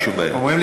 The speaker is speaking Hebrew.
לא אכפת לי.